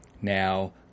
Now